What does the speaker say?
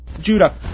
Judah